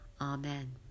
Amen